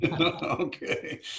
Okay